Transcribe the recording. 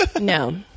no